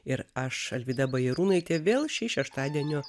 ir aš alvyda bajarūnaitė vėl šį šeštadienio